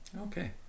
okay